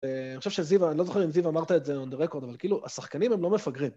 אני חושב שזיווה, אני לא זוכר אם זיוה אמרת את זה אונדרקורד, אבל כאילו, השחקנים הם לא מפגרים.